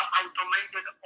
automated